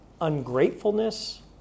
ungratefulness